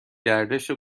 گردش